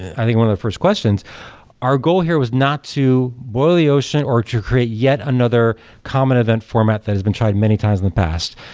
i think one of the first questions our goal here was not to boil the ocean, or to create yet another common event format that has been tried many times in the past.